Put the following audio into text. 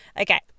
okay